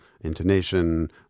intonation